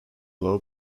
low